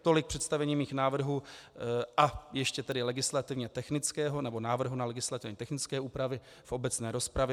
Tolik představení mých návrhů a ještě tedy legislativně technického, nebo návrhu ne legislativně technické úpravy v obecné rozpravě.